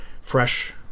fresh